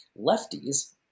lefties